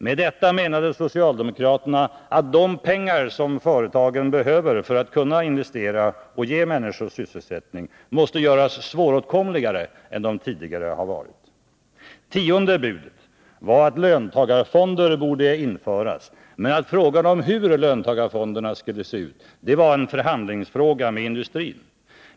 Med detta menade socialdemokraterna att de pengar som företagen behöver för att investera och ge människor sysselsättning måste göras svåråtkomligare än de varit tidigare. Tionde budet var att löntagarfonder borde införas men att frågan om hur fonderna skulle se ut var en förhandlingsfråga med industrin.